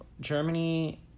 Germany